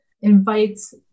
invites